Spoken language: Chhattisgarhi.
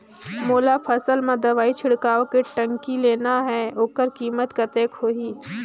मोला फसल मां दवाई छिड़काव के टंकी लेना हे ओकर कीमत कतेक होही?